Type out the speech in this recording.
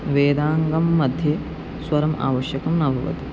वेदाङ्गं मध्ये स्वरम् आवश्यकं न भवति